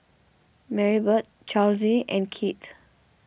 Marybeth Charlize and Kieth